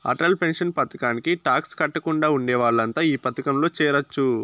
Atal pension పథకానికి tax కట్టకుండా ఉండే వాళ్లంతా ఈ పథకంలో చేరొచ్చు